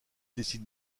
décide